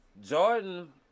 Jordan